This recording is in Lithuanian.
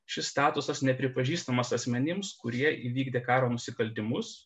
šis statusas nepripažįstamas asmenims kurie įvykdė karo nusikaltimus